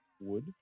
wood